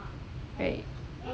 right